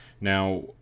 Now